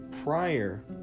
prior